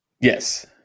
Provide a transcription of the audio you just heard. Yes